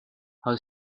how